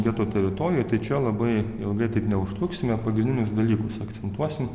geto teritorijoj tai čia labai ilgai taip neužtrūksime pagrindinius dalykus akcentuosim